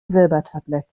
silbertablett